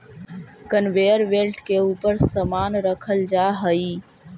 conveyor belt के ऊपर समान रखल जा हई